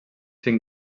cinc